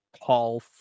call